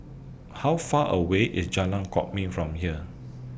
How Far away IS Jalan Kwok Min from here